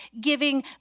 giving